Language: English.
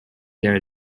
their